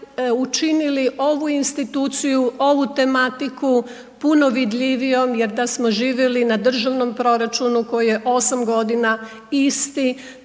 učinili ovu instituciju, ovu tematiku puno vidljivijom jer da smo živjeli na državnom proračunu koji je 8 godina isti